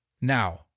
Now